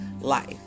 life